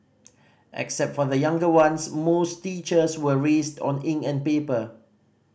except for the younger ones most teachers were raised on ink and paper